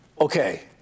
Okay